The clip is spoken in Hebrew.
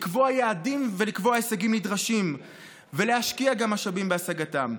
לקבוע יעדים ולקבוע הישגים נדרשים ולהשקיע גם משאבים בהשגתם.